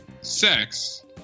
sex